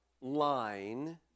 line